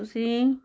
ਤੁਸੀਂ